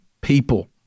people